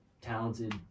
talented